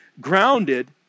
grounded